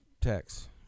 text